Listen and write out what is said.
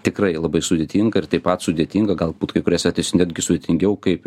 tikrai labai sudėtinga ir taip pat sudėtinga galbūt kai kuriais atvejais netgi sudėtingiau kaip